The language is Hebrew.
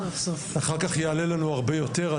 אחר כך יעלה לנו הרבה יותר.